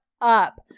up